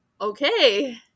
okay